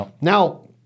Now